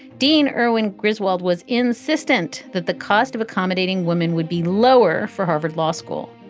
dean erwin griswold was insistent that the cost of accommodating women would be lower for harvard law school,